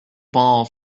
bald